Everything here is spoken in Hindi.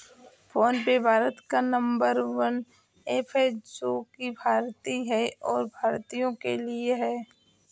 फोन पे भारत का नंबर वन ऐप है जो की भारतीय है और भारतीयों के लिए है